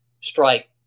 strike